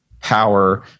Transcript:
power